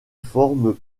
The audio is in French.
forment